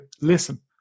listen